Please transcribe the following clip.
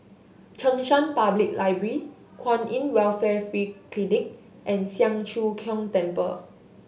Cheng San Public Library Kwan In Welfare Free Clinic and Siang Cho Keong Temple